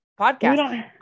podcast